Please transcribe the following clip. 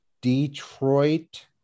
Detroit